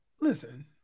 listen